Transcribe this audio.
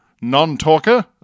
non-talker